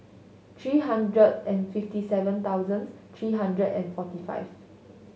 three hundred and fifty seven thousand three hundred and forty five